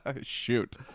Shoot